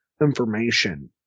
information